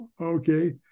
okay